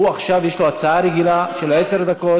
הוא, עכשיו, יש לו הצעה רגילה, של עשר דקות,